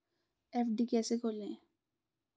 FD कैसे खोलें?